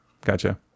Gotcha